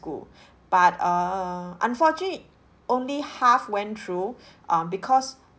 school but err unfortunately only half went through um because